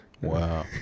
Wow